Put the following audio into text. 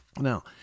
Now